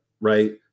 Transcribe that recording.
right